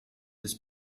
des